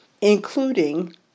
including